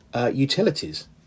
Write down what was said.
utilities